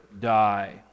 die